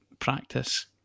practice